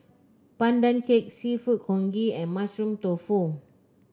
Pandan Cake seafood congee and Mushroom Tofu